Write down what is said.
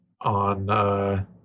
on